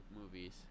movies